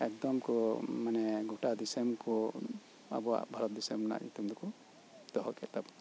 ᱮᱠ ᱫᱚᱢ ᱠᱚ ᱢᱟᱱᱮ ᱜᱚᱴᱟ ᱫᱤᱥᱚᱢ ᱠᱚ ᱟᱵᱣᱟᱜ ᱵᱷᱟᱨᱚᱛ ᱫᱤᱥᱚᱢ ᱨᱮᱱᱟᱜ ᱧᱩᱛᱩᱢ ᱫᱚᱠᱚ ᱫᱚᱦᱚ ᱠᱮᱫ ᱛᱟᱵᱚᱱᱟ